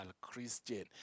Christian